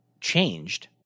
changed